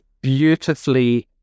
beautifully